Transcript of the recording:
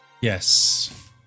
Yes